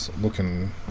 looking